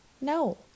No